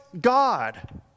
God